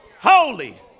holy